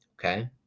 okay